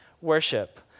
worship